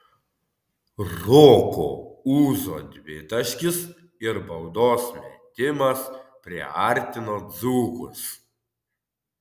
roko ūzo dvitaškis ir baudos metimas priartino dzūkus